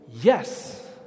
Yes